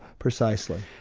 precisely.